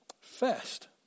fast